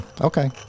Okay